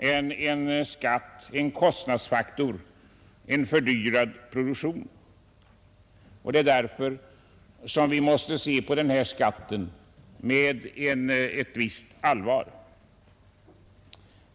helt enkelt är en kostnadsfaktor som leder till en fördyrad produktion. Vi måste därför se på den här skatten med ett visst allvar.